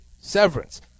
severance